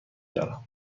دارم